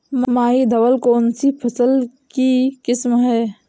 माही धवल कौनसी फसल की किस्म है?